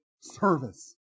service